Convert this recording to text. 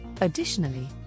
Additionally